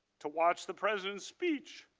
to watch the president's speech,